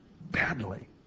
badly